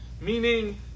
Meaning